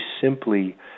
simply